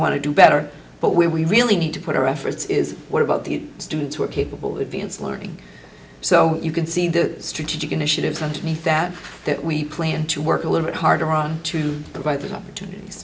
want to do better but we really need to put our efforts is what about the students who are capable of learning so you can see the strategic initiatives underneath that that we plan to work a little bit harder on to provide the opportunities